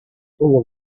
full